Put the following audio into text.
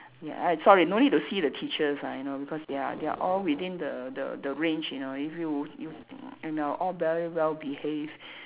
ya I sorry no need to see the teachers ah you know because they are they are all within the the the range you know if you you you know all very well behaved